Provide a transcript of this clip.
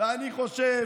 ואני חושב